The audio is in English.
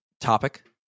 topic